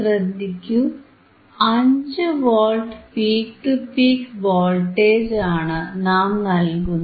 ശ്രദ്ധിക്കൂ 5 volt peak to peak വോൾട്ടേജാണ് നാം നൽകുന്നത്